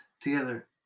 together